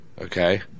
Okay